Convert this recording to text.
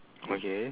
okay